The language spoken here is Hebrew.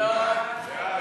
סעיף 83,